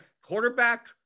quarterback